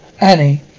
annie